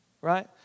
Right